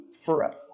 forever